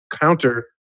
counter